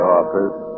office